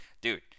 dude